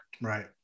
Right